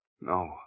No